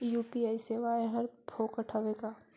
UPI सेवाएं हर फोकट हवय का?